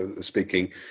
speaking